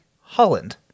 holland